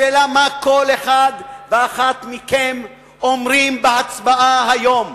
השאלה היא מה כל אחד ואחת מכם אומרים בהצבעה היום.